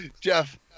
Jeff